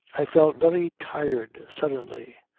i felt very tired suddenly.